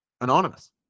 Anonymous